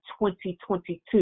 2022